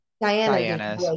Diana